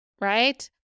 right